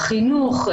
חינוך,